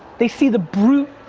they see the brute,